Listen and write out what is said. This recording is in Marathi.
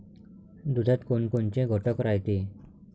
दुधात कोनकोनचे घटक रायते?